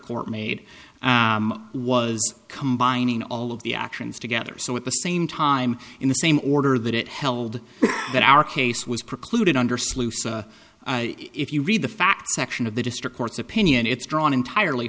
court made was combining all of the actions together so at the same time in the same order that it held that our case was precluded under sluice if you read the facts section of the district court's opinion it's drawn entirely